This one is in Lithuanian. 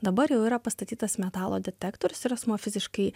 dabar jau yra pastatytas metalo detektorius ir asmuo fiziškai